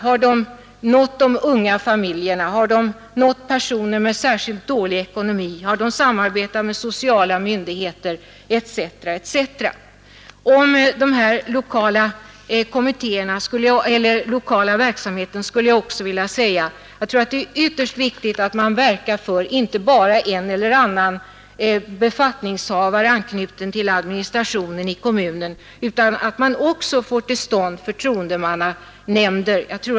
Har de nått de unga familjerna, har de nått personer med särskilt dålig ekonomi, har de samarbetat med sociala myndigheter etc.? Om denna lokala verksamhet skulle jag också vilja säga att jag tror att det är ytterst viktigt att man inte bara verkar för en eller annan befattningshavare anknuten till administrationen i kommunen utan att man också får till stånd förtroendemannanämnder.